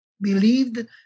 believed